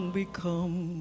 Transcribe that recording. become